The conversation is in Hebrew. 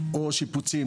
או שיפוצים,